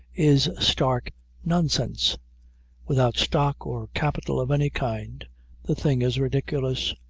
is stark nonsense without stock or capital of any kind the thing is ridiculous.